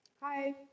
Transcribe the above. Hi